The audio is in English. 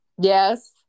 Yes